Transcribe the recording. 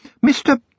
Mr—